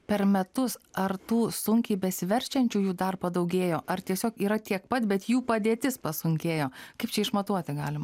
per metus ar tų sunkiai besiverčiančiųjų dar padaugėjo ar tiesiog yra tiek pat bet jų padėtis pasunkėjo kaip čia išmatuoti galim